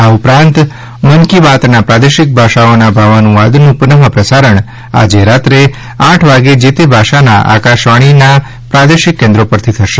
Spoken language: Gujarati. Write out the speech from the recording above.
આ ઉપરાંત મન કી બાતના પ્રાદેશિક ભાષાઓના ભાવાનુવાદનું પુનઃ પ્રસારણ આજે રાત્રે આઠ વાગે જે તે ભાષાના આકાશવાણીની પ્રાદેશિક કેન્દ્રો પરથી થશે